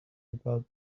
about